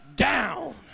Down